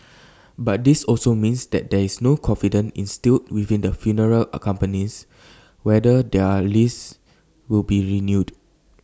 but this also means that there is no confidence instilled within the funeral accompanies whether their lease will be renewed